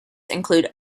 include